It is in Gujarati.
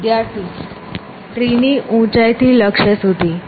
વિદ્યાર્થી ટ્રી ની ઊંચાઈ થી લક્ષ્ય સુધી